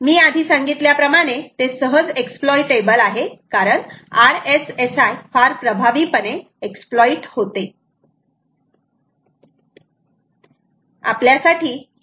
मी आधी सांगितल्याप्रमाणे ते सहज एक्सप्लॉइटेबल आहे कारण RSSI फार प्रभावीपणे एक्सप्लॉइट होते